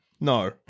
No